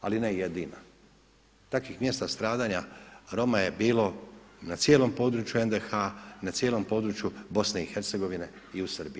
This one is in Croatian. Ali ne jedina, takvih mjesta stradanja Roma je bilo na cijelom području NDH na cijelom području BiH i u Srbiji.